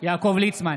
יעקב ליצמן,